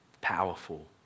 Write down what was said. powerful